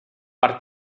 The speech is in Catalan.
per